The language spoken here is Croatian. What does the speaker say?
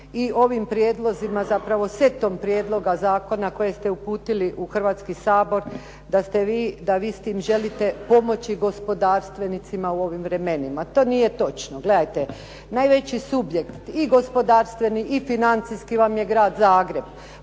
i ovim prijedlozima, zapravo setom prijedloga zakona koje ste uputili u Hrvatski sabor da vi s tim želite pomoći gospodarstvenicima u ovim vremenima. To nije točno. Gledajte, najveći subjekt i gospodarstveni i financijski vam je Grad Zagreb.